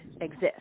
exist